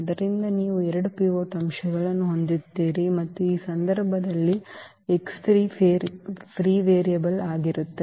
ಆದ್ದರಿಂದ ನೀವು 2 ಪಿವೋಟ್ ಅಂಶಗಳನ್ನು ಹೊಂದಿರುತ್ತೀರಿ ಮತ್ತು ಈ ಸಂದರ್ಭದಲ್ಲಿ ಈ ಫ್ರೀ ವೇರಿಯೇಬಲ್ ಆಗಿರುತ್ತದೆ